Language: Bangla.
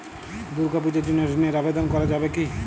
দুর্গাপূজার জন্য ঋণের আবেদন করা যাবে কি?